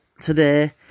today